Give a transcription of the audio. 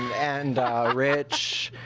and rich.